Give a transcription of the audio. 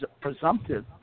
presumptive